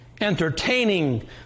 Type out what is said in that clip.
entertaining